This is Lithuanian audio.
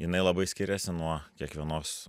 jinai labai skiriasi nuo kiekvienos